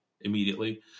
immediately